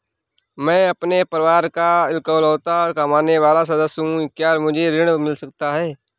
मैं अपने परिवार का इकलौता कमाने वाला सदस्य हूँ क्या मुझे ऋण मिल सकता है?